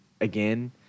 again –